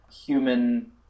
human